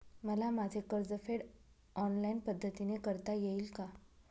मला माझे कर्जफेड ऑनलाइन पद्धतीने करता येईल का?